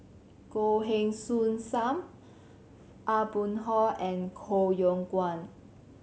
Goh Heng Soon Sam Aw Boon Haw and Koh Yong Guan